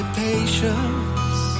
patience